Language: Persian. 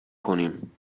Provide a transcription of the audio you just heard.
کنیم